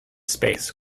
space